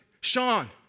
Sean